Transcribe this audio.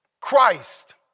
Christ